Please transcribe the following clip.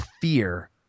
fear